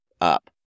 up